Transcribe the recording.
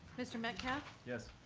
mr. metcalf? yes.